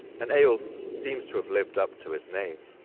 and eyjolf seems to have lived up to his name.